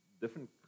different